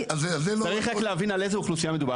צריך להבין על איזו אוכלוסייה מדובר.